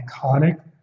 iconic